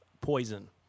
poison